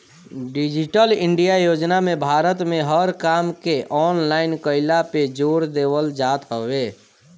digital India योजना में भारत में हर काम के ऑनलाइन कईला पे जोर देवल जात हवे